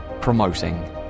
promoting